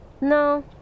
No